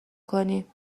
کنی